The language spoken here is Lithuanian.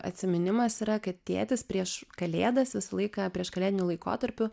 atsiminimas yra kad tėtis prieš kalėdas visą laiką prieškalėdiniu laikotarpiu